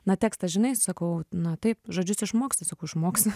na tekstą žinai sakau na taip žodžius išmoksi sakau išmoksiu